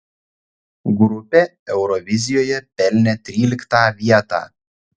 grupė eurovizijoje pelnė tryliktą vietą